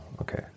okay